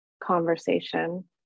conversation